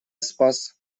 спас